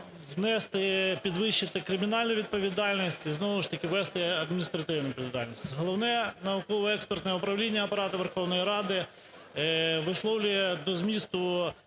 внести, підвищити кримінальну відповідальність і знову ж таки ввести адміністративну відповідальність. Головне науково-експертне управління Апарату Верховної Ради висловлює до змісту